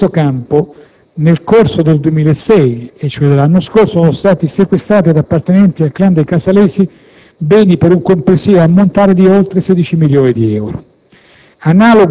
In questo campo nel corso del 2006 sono stati sequestrati ad appartenenti al *clan* dei Casalesi beni per un complessivo ammontare di oltre 16 milioni di euro.